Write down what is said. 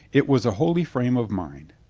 it was a holy frame of mind.